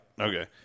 Okay